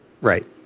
Right